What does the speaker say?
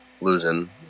losing